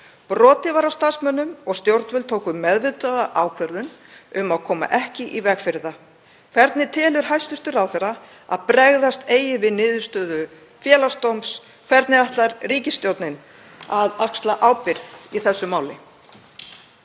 Brotið var á starfsmönnum og stjórnvöld tóku meðvitaða ákvörðun um að koma ekki í veg fyrir það. Hvernig telur hæstv. ráðherra að bregðast eigi við niðurstöðu Félagsdóms? Hvernig ætlar ríkisstjórnin að axla ábyrgð í þessu máli?